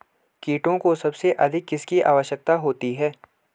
कीटों को सबसे अधिक किसकी आवश्यकता होती है?